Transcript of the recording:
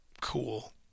cool